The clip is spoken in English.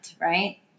right